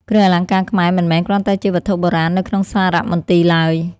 គ្រឿងអលង្ការខ្មែរមិនមែនគ្រាន់តែជាវត្ថុបុរាណនៅក្នុងសារមន្ទីរឡើយ។